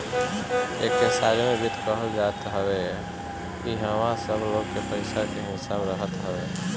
एके सार्वजनिक वित्त कहल जात हवे इहवा सब लोग के पईसा के हिसाब रहत हवे